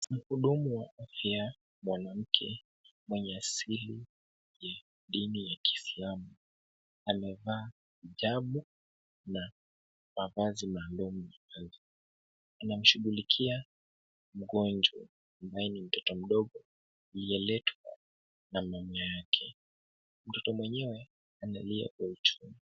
Mhudumu wa afya mwanamke mwenye asili ya dini ya kiisilamu, amevaa hijabu na mavazi maalumu ya kazi. Anamshughulikia mgonjwa ambaye ni mtoto mdogo aliyeletwa na mama yake. Mtoto mwenyewe analia kwa uchungu.